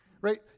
right